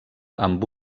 amb